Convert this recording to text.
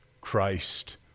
Christ